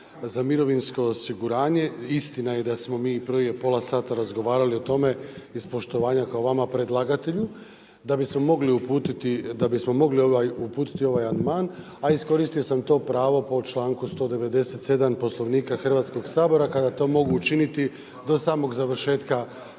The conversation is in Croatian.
za mirovinsko osiguranje. Istina je da smo prije pola sata razgovarali o tome iz poštivanja kao vama predlagatelju da bismo mogli uputiti ovaj amandman, a iskoristio sam to pravo po članku 197. Poslovnika Hrvatskog sabora kada to mogu učiniti do samog završetka